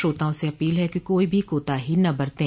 श्रोताओं से अपील है कि कोई भी कोताही न बरतें